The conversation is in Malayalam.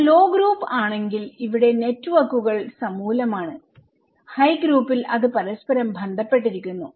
അതിനാൽ ലോ ഗ്രൂപ്പ് ആണെങ്കിൽ അവിടെ നെറ്റ്വർക്കുകൾസമൂലമാണ് ഹൈ ഗ്രൂപ്പിൽ അത് പരസ്പരം ബന്ധപ്പെട്ടിരിക്കുന്നു